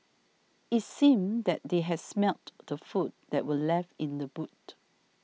it seemed that they has smelt the food that were left in the boot